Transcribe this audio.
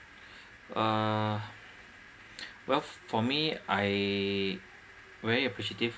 uh well for me I very appreciative